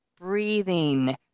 breathing